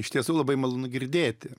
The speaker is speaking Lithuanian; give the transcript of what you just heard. iš tiesų labai malonu girdėti